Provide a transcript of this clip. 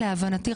להבנתי,